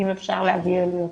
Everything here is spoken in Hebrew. אם אפשר להעביר לי אותה.